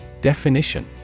definition